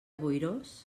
boirós